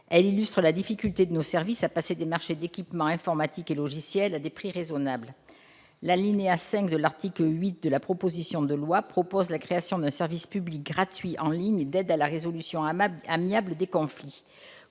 Cela illustre la difficulté de nos services à passer des marchés d'équipement informatique et de logiciels à des prix raisonnables. L'alinéa 5 de l'article 8 de la proposition de loi prévoit la création d'un service public gratuit en ligne d'aide à la résolution amiable des conflits.